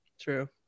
True